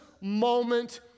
moment